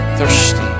Thirsty